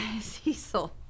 Cecil